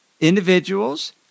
individuals